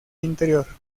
interior